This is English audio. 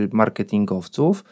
marketingowców